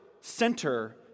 center